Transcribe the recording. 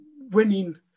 winning